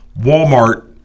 Walmart